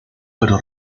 pero